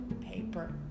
paper